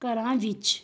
ਘਰਾਂ ਵਿੱਚ